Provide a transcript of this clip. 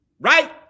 right